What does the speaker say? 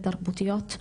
ותרבותיות,